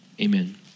amen